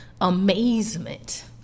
amazement